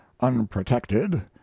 unprotected